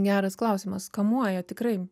geras klausimas kamuoja tikrai